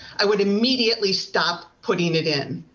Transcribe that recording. i would immediately stop putting it in.